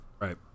Right